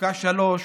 וארכה שלישית,